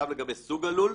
לגבי סוג הלול,